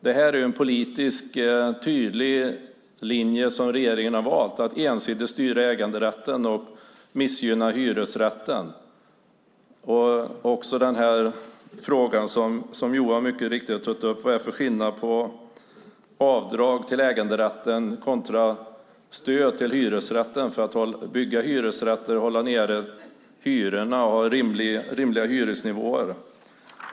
Det är en tydlig politisk linje som regeringen valt, att ensidigt styra äganderätten och missgynna hyresrätten. Den fråga som Johan Löfstrand ställde var helt berättigad, nämligen vad det är för skillnad mellan avdrag till äganderätten och stöd till hyresrätten. Det handlar om att kunna bygga hyresrätter med rimliga hyresnivåer.